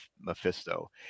Mephisto